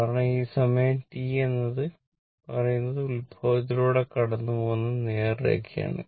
കാരണം ഈ സമയം T എന്ന് പറയുന്നത് ഉത്ഭവത്തിലൂടെ കടന്നുപോകുന്ന നേർരേഖയാണ്